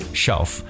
shelf